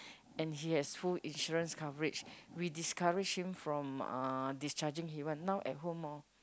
and he has full insurance coverage we discourage him from uh discharging but he want now at home lor